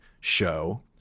show